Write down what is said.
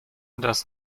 das